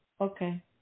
Okay